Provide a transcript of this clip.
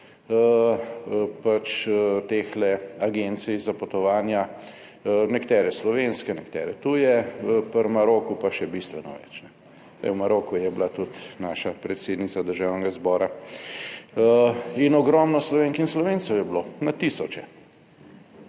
pač teh agencij za potovanja, nekatere slovenske, nekatere tu je pri Maroku pa še bistveno več. (Zdaj, v Maroku je bila tudi naša predsednica Državnega zbora) Ogromno Slovenk in Slovencev je bilo na tisoče,